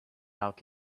out